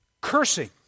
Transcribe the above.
Cursing